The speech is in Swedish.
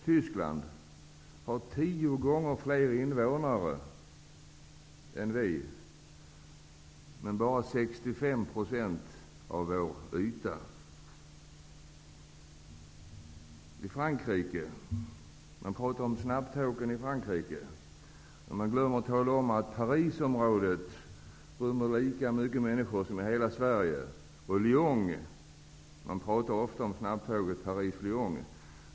Tyskland har tio gånger fler invånare än Sverige men bara 65 % av Sveriges yta. Man talar om snabbtågen i Frankrike. Men man glömmer att tala om att Parisområdet rymmer lika mycket människor som hela Sverige. Man talar också ofta om snabbtåget mellan Paris och Lyon.